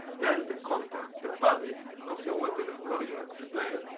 then the content, the body of your webinar where you explain,